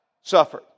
suffered